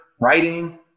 writing